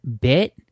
bit